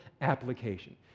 application